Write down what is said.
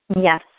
Yes